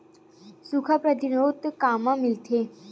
सुखा प्रतिरोध कामा मिलथे?